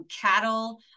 cattle